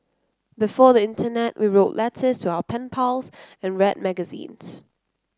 before the internet we wrote letters to our pen pals and read magazines